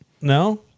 No